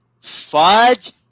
Fudge